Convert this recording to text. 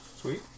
Sweet